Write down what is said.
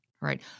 right